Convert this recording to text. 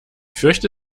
fürchte